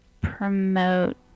promote